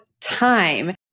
time